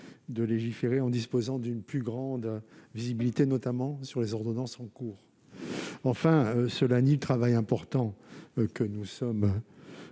de légiférer en disposant d'une plus grande visibilité, notamment sur les ordonnances en cours. Cela reviendrait de plus à nier le travail important que nous sommes